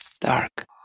dark